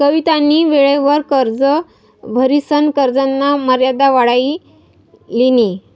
कवितानी वेळवर कर्ज भरिसन कर्जना मर्यादा वाढाई लिनी